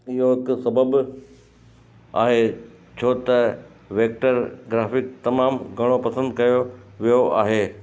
इहो हिकु सबब आहे छो त वेक्टर ग्राफ़िक तमामु घणों पसंदि कयो वियो आहे